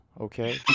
okay